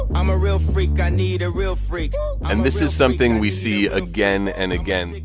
i'm a real freak. i need a real freak and this is something we see again and again.